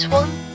one